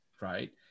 right